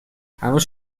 هنوز